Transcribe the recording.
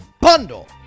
bundle